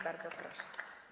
Bardzo proszę.